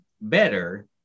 better